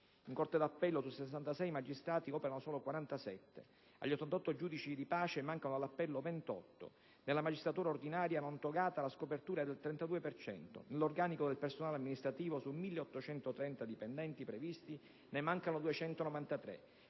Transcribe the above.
In corte d'appello su 66 magistrati ne operano solo 47; degli 88 giudici di pace ne mancano all'appello 28; nella magistratura ordinaria non togata la scopertura è del 32 per cento; nell'organico del personale amministrativo su 1.830 dipendenti previsti ne mancano 293;